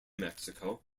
mexico